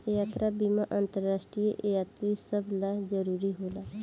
यात्रा बीमा अंतरराष्ट्रीय यात्री सभ ला जरुरी होला